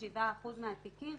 97% מהתיקים